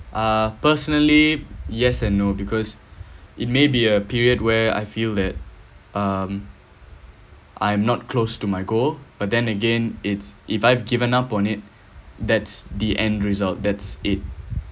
uh personally yes and no because it may be a period where I feel that um I'm not close to my goal but then again it's if I've given up on it that's the end result that's it